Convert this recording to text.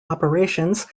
operations